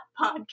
podcast